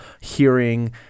hearing